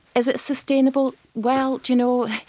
is it sustainable? well, do you know,